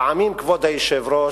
פעמים, כבוד היושב-ראש,